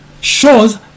shows